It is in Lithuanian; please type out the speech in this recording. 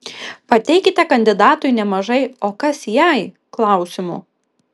pateikite kandidatui nemažai o kas jei klausimų